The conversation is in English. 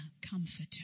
comforter